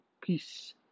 peace